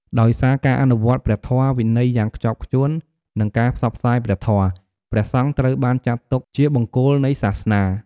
ដោយសារការអនុវត្តព្រះធម៌វិន័យយ៉ាងខ្ជាប់ខ្ជួន និងការផ្សព្វផ្សាយព្រះធម៌ ព្រះសង្ឃត្រូវបានចាត់ទុកជា បង្គោលនៃសាសនា។